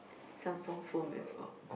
Samsung phone before